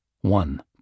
one